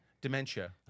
Dementia